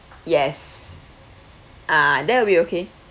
yes ah that will be okay